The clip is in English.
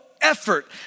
effort